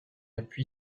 appuie